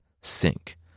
sink